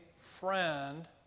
Friend